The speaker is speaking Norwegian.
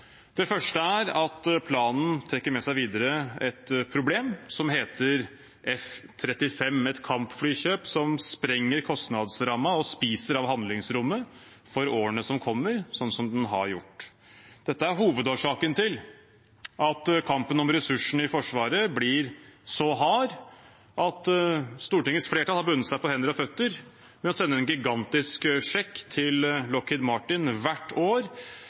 Det første er at planen trekker med seg videre et problem som heter F-35, et kampflykjøp som sprenger kostnadsrammen og spiser av handlingsrommet for årene som kommer, som den har gjort. Dette er hovedårsaken til at kampen om ressursene i Forsvaret blir så hard at Stortingets flertall har bundet seg på hender og føtter ved å sende en gigantisk sjekk til Lockheed Martin hvert år.